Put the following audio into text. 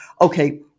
Okay